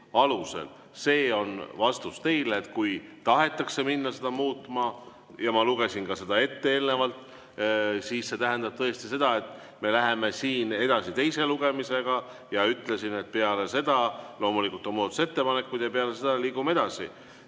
See on vastus teile, et kui tahetakse minna seda muutma – ja ma lugesin ka selle ette eelnevalt –, siis see tähendab tõesti seda, et me läheme siin edasi teise lugemisega. Ja ma ütlesin, et peale seda loomulikult on muudatusettepanekud ja peale seda liigume edasi.